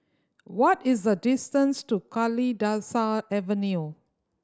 what is the distance to Kalidasa Avenue